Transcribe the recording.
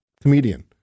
comedian